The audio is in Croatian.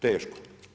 Teško.